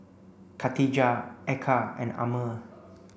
Katijah Eka and Ammir